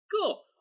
Cool